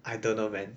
I don't know man